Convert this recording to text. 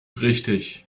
richtig